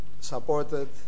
supported